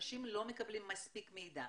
אנשים לא מקבלים מספיק מידע.